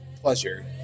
pleasure